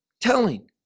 telling